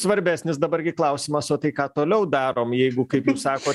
svarbesnis dabar gi klausimas o tai ką toliau darom jeigu kaip jūs sakot